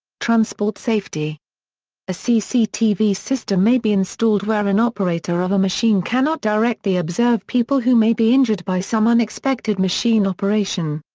transport safety a cctv system may be installed where an operator of a machine cannot directly observe people who may be injured by some unexpected machine operation.